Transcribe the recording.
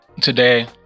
today